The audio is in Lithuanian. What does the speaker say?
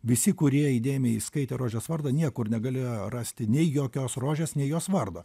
visi kurie įdėmiai skaitė rožės vardą niekur negalėjo rasti nei jokios rožės nei jos vardo